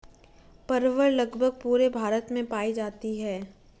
परवल लगभग पूरे भारत में पाई जाती है